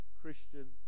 Christian